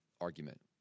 argument